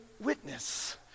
witness